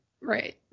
Right